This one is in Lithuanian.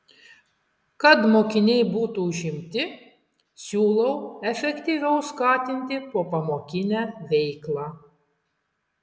kad mokiniai būtų užimti siūlau efektyviau skatinti popamokinę veiklą